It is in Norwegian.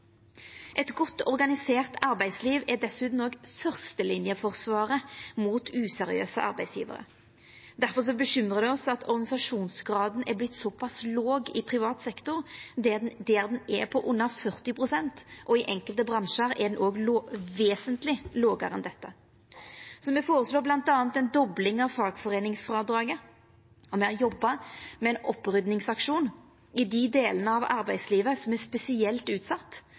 Eit godt organisert arbeidsliv er dessutan òg fyrstelinjeforsvaret mot useriøse arbeidsgjevarar. Difor bekymrar det oss at organisasjonsgraden er vorten så pass låg i privat sektor, der han er på under 40 pst., og i enkelte bransjar er han òg vesentleg lågare enn dette. Me føreslår bl.a. ei dobling av fagforeiningsfrådraget, og me har jobba med ein oppryddingsaksjon i dei delane av arbeidslivet som er spesielt